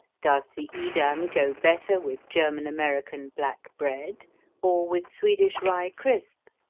does the edam go better with german-american black bread or with swedish ry-krisp?